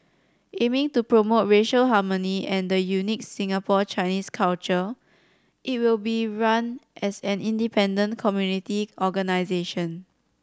aiming to promote racial harmony and the unique Singapore Chinese culture it will be run as an independent community organisation